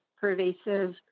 pervasive